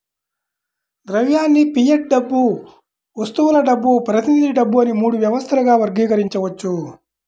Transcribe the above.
ద్రవ్యాన్ని ఫియట్ డబ్బు, వస్తువుల డబ్బు, ప్రతినిధి డబ్బు అని మూడు వ్యవస్థలుగా వర్గీకరించవచ్చు